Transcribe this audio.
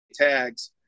tags